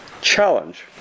challenge